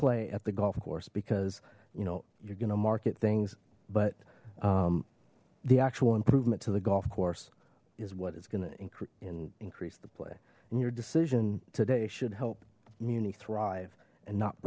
play at the golf course because you know you're going to market things but the actual improvement to the golf course is what it's going to increase and increase the play and your decision today should help community thrive and not